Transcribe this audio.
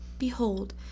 Behold